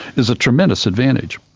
is a tremendous advantage.